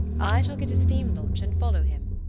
i shall get a steam launch and follow him,